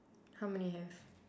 how many you have